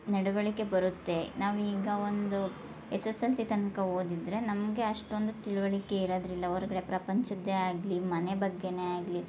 ನಡವಳಿಕೆ ಬರುತ್ತೆ ನಾವು ಈಗ ಒಂದು ಎಸ್ ಎಸ್ ಎಲ್ ಸಿ ತನಕ ಹೋದಿದ್ರೆ ನಮಗೆ ಅಷ್ಟೊಂದು ತಿಳುವಳಿಕೆ ಇರದ್ರಿಲ್ಲ ಹೊರ್ಗಡೆ ಪ್ರಪಂಚದ್ದೆ ಆಗಲಿ ಮನೆ ಬಗ್ಗೆನೆ ಆಗಲಿ